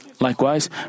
likewise